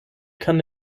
kann